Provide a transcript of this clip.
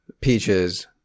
Peaches